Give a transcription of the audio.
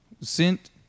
sent